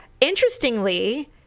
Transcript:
interestingly